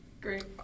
Great